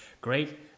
Great